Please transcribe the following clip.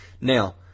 Now